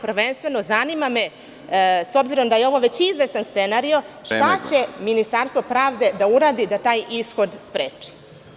Prvenstveno me zanima, s obzirom da je ovo već izvestan scenario… (Predsedavajući: Vreme.) …- šta će Ministarstvo pravde da uradi da taj ishod spreči?